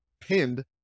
pinned